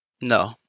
no